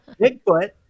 Bigfoot